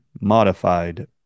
modified